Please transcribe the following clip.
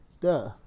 Duh